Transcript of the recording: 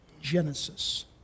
Genesis